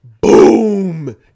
Boom